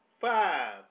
five